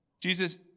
Jesus